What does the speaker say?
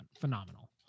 phenomenal